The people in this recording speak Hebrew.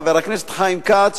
חבר הכנסת חיים כץ,